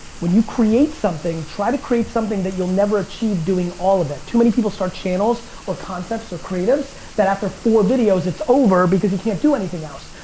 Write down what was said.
when you create something, try to create something that you'll never achieve doing all of it. too many people start channels or concepts or creatives that after four videos, it's over. because you can't do anything else.